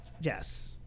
yes